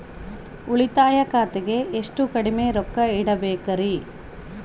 ಉಳಿತಾಯ ಖಾತೆಗೆ ಎಷ್ಟು ಕಡಿಮೆ ರೊಕ್ಕ ಇಡಬೇಕರಿ?